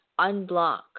unblock